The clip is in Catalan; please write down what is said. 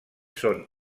són